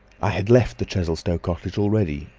i had left the chesilstowe cottage already,